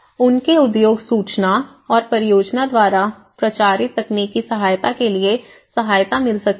उनके उद्योग सूचना और परियोजना द्वारा प्रचारित तकनीकी सहायता के लिए सहायता मिल सकती है